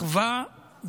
אחווה,